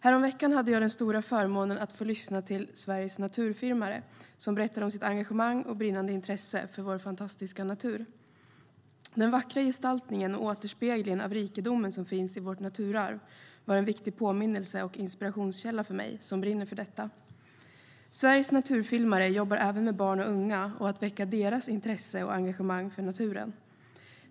Häromveckan hade jag den stora förmånen att få lyssna till några av Sveriges naturfilmare som berättade om sitt engagemang och brinnande intresse för vår fantastiska natur. Den vackra gestaltningen och återspeglingen av rikedomen som finns i vårt naturarv var en viktig påminnelse och inspirationskälla för mig som brinner för detta. Sveriges naturfilmare jobbar även med barn och unga och med att väcka deras intresse och engagemang för naturen.